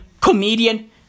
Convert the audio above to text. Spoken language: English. comedian